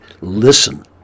listen